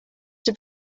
have